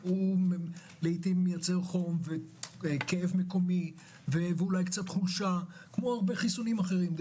לעיתים מייצר חום וכאב מקומי ואולי חולשה כמו הרבה חיסונים אחרים.